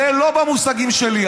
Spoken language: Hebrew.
זה לא במושגים שלי.